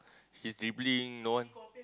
his dribbling no one